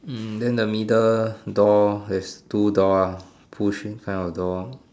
hmm then the middle door is two door ah pushing kind of door